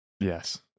Yes